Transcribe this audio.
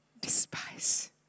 despise